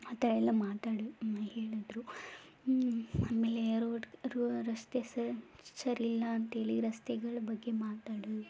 ಆ ಥರ ಎಲ್ಲ ಮಾತಾಡಿ ಹೇಳಿದರು ಆಮೇಲೆ ಯಾರು ರೋ ರಸ್ತೆ ಸ ಸರಿ ಇಲ್ಲ ಅಂಥೇಳಿ ರಸ್ತೆಗಳ ಬಗ್ಗೆ ಮಾತಾಡಿ